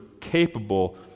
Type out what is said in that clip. capable